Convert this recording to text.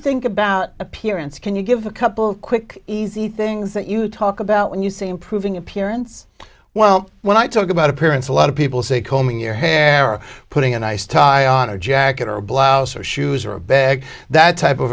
think about appearance can you give a couple quick easy things that you talk about when you say improving appearance well when i talk about appearance a lot of people say combing your hair or putting a nice tie on a jacket or a blouse or shoes or a bag that type of